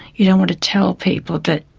you don't want to tell people that,